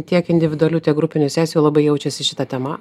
tiek individualių tiek grupinių sesijų labai jaučiasi šita tema